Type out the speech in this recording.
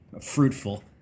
fruitful